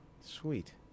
Sweet